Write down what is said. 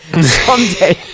Someday